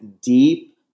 deep